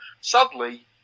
Sadly